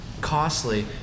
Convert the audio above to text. costly